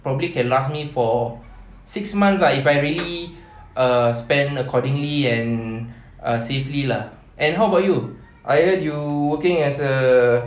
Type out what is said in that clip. probably can last me for six months ah if I really err spend accordingly and safely lah and how about you I heard you working as a